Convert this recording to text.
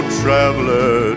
traveler